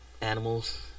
animals